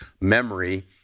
memory